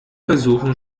versuchen